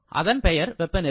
அந்தப் பெயர் வெப்பநிலை